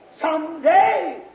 Someday